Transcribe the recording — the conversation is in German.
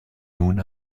nun